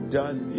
done